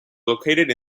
located